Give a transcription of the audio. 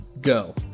go